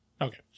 Okay